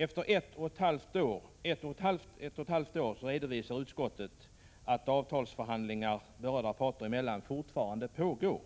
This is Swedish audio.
Efter ett och ett halvt år redovisar utskottet att avtalsförhandlingar berörda parter emellan fortfarande pågår